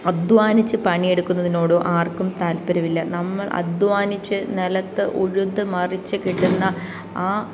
അധ്വാനിച്ച് പണിയെടുക്കുന്നതിനോടോ ആർക്കും താല്പര്യമില്ല നമ്മൾ അധ്വാനിച്ച് നിലത്ത് ഉഴുത് മറിച്ച് കിട്ടുന്ന ആ